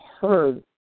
heard